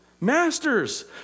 Masters